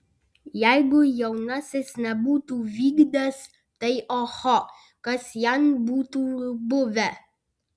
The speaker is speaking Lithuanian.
jeigu jaunasis nebūtų vykdęs tai oho kas jam būtų buvę